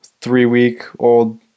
three-week-old